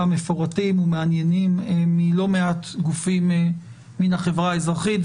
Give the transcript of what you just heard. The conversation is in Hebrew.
מפורטים ומעניינים מלא מעט גופים מן החברה האזרחית,